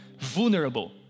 Vulnerable